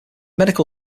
medical